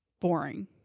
boring